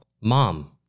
Mom